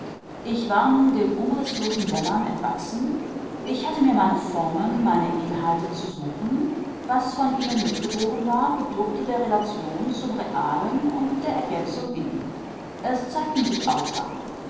ich war nun dem umrißlosen dämmern entwachsen ich hatte mir meine formen meine inhalte zu suchen was von ihnen mitgeboren war bedurfte der relation zum realen und der ergänzung in ihm es zeigten sich aufgaben